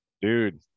dude